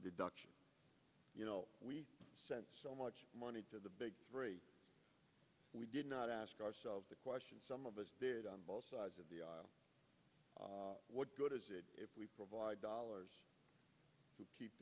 deduction you know we sent so much money to the big three we did not ask ourselves the question some of us did on both sides of the aisle what good is it if we provide dollars to keep